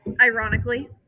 ironically